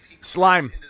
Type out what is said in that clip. Slime